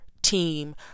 team